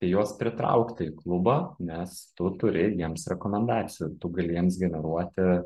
tai juos pritraukti į klubą nes tu turi jiems rekomendacijų tu gali jiems generuoti